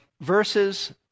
verses